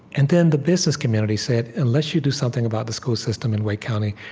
and then the business community said, unless you do something about the school system in wake county,